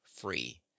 free